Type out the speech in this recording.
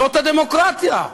זאת הדמוקרטיה.